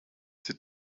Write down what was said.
did